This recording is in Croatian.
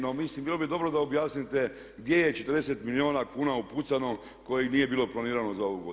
No mislim bilo bi dobro da objasnite gdje je 40 milijuna kuna upucano kojih nije bilo planirano za ovu godinu.